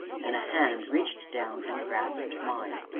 and a hand reached down and grasped mine.